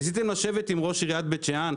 האם ניסיתם לשבת עם ראש עיריית בית שאן,